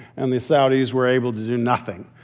and the saudis were able to do nothing.